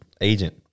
agent